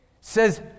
says